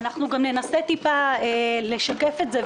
אנחנו גם ננסה טיפה לשקף את זה,